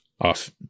off